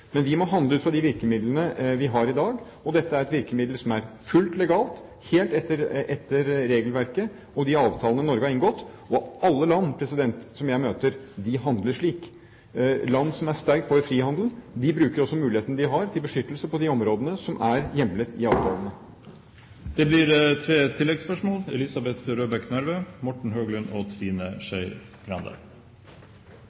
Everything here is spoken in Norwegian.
Men vi må handle ut fra de virkemidlene vi har i dag, og dette er et virkemiddel som er fullt legalt, helt etter regelverket og de avtalene Norge har inngått. Og alle land som jeg møter, handler slik. Land som er sterkt for frihandel, bruker også mulighetene de har, til beskyttelse på de områdene som er hjemlet i avtalen. Det blir tre oppfølgingsspørsmål – først Elisabeth Røbekk Nørve. Mitt oppfølgingsspørsmål går til fiskeri- og